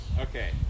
Okay